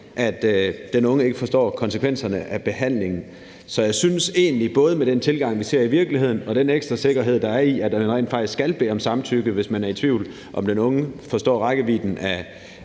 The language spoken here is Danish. den unge ikke forstår konsekvenserne af behandlingen. Så jeg synes egentlig, og vi synes, at både med den tilgang, vi ser i virkeligheden, og den ekstra sikkerhed, der er i, at man rent faktisk skal bede om samtykke, hvis man er i tvivl, om den unge forstår rækkevidden af